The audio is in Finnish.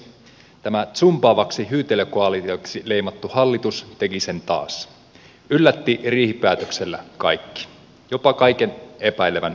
tämä zumbaavaksi hyytelökoalitioksi leimattu hallitus teki sen taas yllätti riihipäätöksellä kaikki jopa koko epäilevän oppositionkin